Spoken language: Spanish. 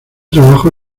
trabajo